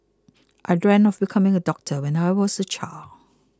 I dreamt of becoming a doctor when I was a child